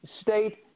state